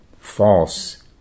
false